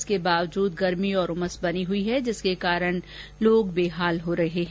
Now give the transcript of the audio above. इसके बावजूद गर्मी और उमस बनी हई है जिसके कारण लोग बेहाल हो रहे है